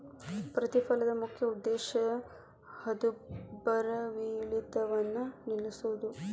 ಪ್ರತಿಫಲನದ ಮುಖ್ಯ ಉದ್ದೇಶ ಹಣದುಬ್ಬರವಿಳಿತವನ್ನ ನಿಲ್ಸೋದು